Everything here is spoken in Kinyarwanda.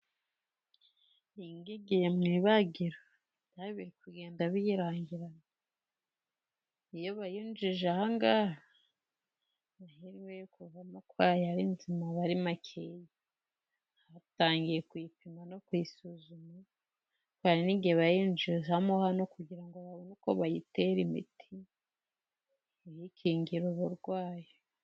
Iyingiyi igiye mu ibagiro. Ibyayo biri kugenda biyirangira. Iyo bayinjije ahangaha, amahirwe yo kuvamo kwa yo ari nzima aba ari make. Batangiye kuyipima no kuyisuzuma, hari n'igihe bayinjizamo hano, kugira ngo babone uko bayitera imiti iyikingira uburwayi.